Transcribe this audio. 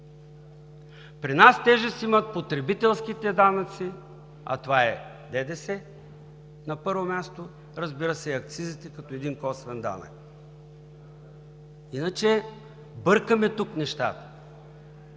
При нас тежест имат потребителските данъци, а това е ДДС, на първо място, разбира се, акцизите като един косвен данък – иначе бъркаме нещата.